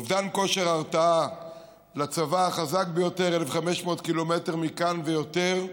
אובדן כושר הרתעה לצבא החזק ביותר 1,500 ק"מ מכאן ויותר,